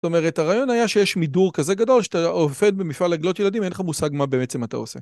זאת אומרת, הרעיון היה שיש מידור כזה גדול שאתה עובד במפעל לעגלות ילדים ואין לך מושג מה בעצם אתה עושה.